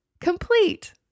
complete